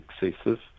excessive